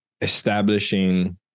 establishing